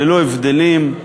ללא הבדלים,